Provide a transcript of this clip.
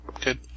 Good